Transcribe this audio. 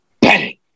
bang